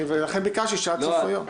לכן, ביקשתי שזה יהיה עד סוף היום.